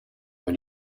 avec